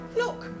look